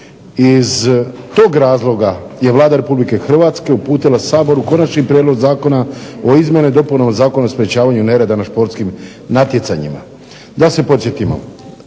Iz tog razloga je Vlada Republike Hrvatske uputila Saboru Konačni prijedlog zakona o izmjenama i dopunama Zakona o sprječavanju nereda na športskim natjecanjima. Da se podsjetimo.